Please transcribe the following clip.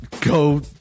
Go